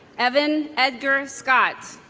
evan edgar scott